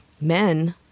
men